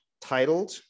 titled